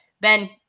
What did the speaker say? Ben